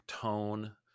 tone